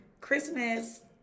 Christmas